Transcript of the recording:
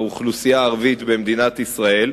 האוכלוסייה הערבית במדינת ישראל.